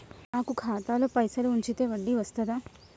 నాకు ఖాతాలో పైసలు ఉంచితే వడ్డీ వస్తదా?